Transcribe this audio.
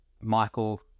Michael